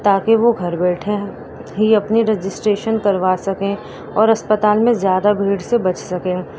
تاکہ وہ گھر بیٹھے ہی اپنی رجسٹریشن کروا سکیں اور اسپتال میں زیادہ بھیڑ سے بچ سکیں